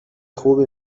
خوبی